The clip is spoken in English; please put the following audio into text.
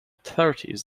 thirties